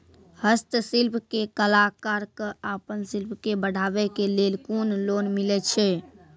हस्तशिल्प के कलाकार कऽ आपन शिल्प के बढ़ावे के लेल कुन लोन मिलै छै?